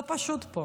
לא פשוט פה